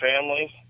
family